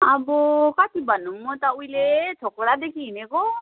अब कति भनौँ म त उहिले छोकडादेखि हिँडेको